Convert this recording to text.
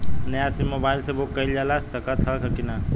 नया sim mobile से book कइलजा सकत ह कि ना?